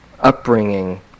upbringing